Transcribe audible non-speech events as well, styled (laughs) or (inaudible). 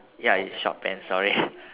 ya it's short pants sorry (laughs)